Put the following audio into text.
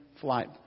Flight